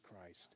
christ